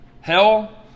hell